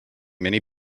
many